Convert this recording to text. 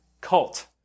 cult